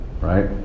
right